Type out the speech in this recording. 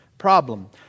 problem